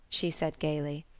she said gaily.